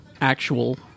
actual